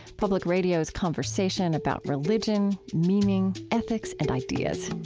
public radio's conversation about religion, meaning, ethics, and ideas.